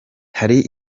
hari